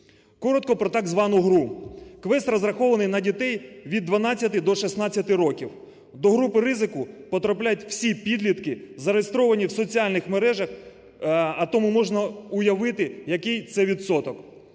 Коротко про так звану гру. Квест розрахований на дітей від 12-ти до 16 років. До групи ризику потрапляють всі підлітки, зареєстровані в соціальних мережах, а тому можна уявити, який це відсоток.